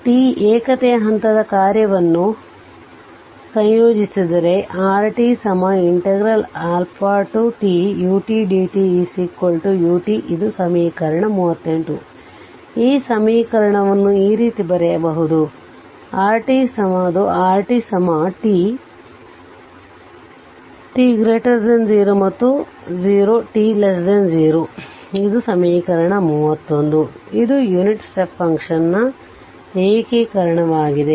t ಏಕತೆಯ ಹಂತದ ಕಾರ್ಯವನ್ನು ಸಂಯೋಜಿಸಿದರೆ rt tut dt u ಇದು ಸಮೀಕರಣ 38 ಈ ಸಮೀಕರಣವನ್ನು ಈ ರೀತಿ ಬರೆಯಬಹುದು rtಅದು rt t t00t0 ಇದು ಸಮೀಕರಣ 39 ಇದು ಯುನಿಟ್ ಸ್ಟೆಪ್ ಫಂಕ್ಷನ್ನ ಏಕೀಕರಣವಾಗಿದೆ